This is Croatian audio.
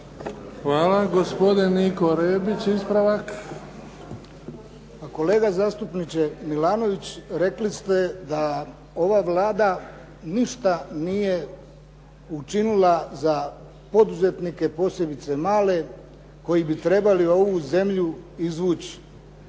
**Rebić, Niko (HDZ)** Pa kolega zastupniče Milanović rekli ste da ova Vlada ništa nije učinila za poduzetnike, posebice male koji bi trebali ovu zemlju izvući